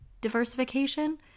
diversification